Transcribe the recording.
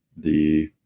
the